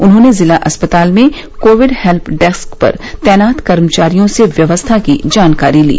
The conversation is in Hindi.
उन्होंने जिला अस्पताल में कोविड हेल्प डेस्क पर तैनात कर्मचारियों से व्यवस्था की जानकारी ली